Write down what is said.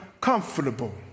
comfortable